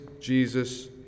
Jesus